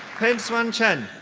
pin hsuan chen.